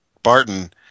Barton